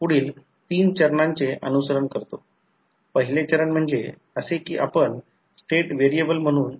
परिणामी E1 कमी होते आणि V1 आणि E1 मधील बॅलन्स यापुढे अस्तित्वात राहत नाही